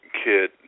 kit